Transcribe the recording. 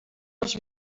als